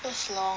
third floor